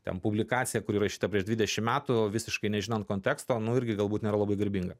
ten publikaciją kuri įrašyta prieš dvidešimt metų visiškai nežinant konteksto nu irgi galbūt nėra labai garbinga